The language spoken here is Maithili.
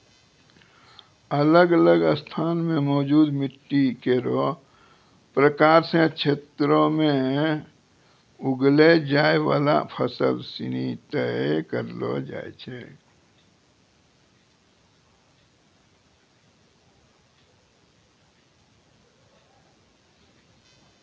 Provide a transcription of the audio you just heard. अलग अलग स्थान म मौजूद मिट्टी केरो प्रकार सें क्षेत्रो में उगैलो जाय वाला फसल सिनी तय करलो जाय छै